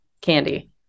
candy